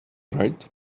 right